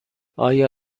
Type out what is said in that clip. آیا